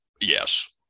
Yes